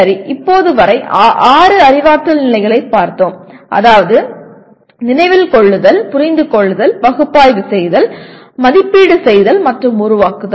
சரி இப்போது வரை ஆறு அறிவாற்றல் நிலைகளைப் பார்த்தோம் அதாவது நினைவில் கொள்ளுதல் புரிந்து கொள்ளுதல் பகுப்பாய்வு செய்தல் மதிப்பீடு செய்தல் மற்றும் உருவாக்குதல்